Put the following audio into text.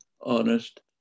honest